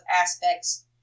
aspects